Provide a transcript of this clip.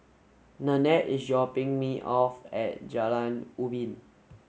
Nannette is dropping me off at Jalan Ubin